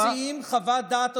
הם מוציאים חוות דעת,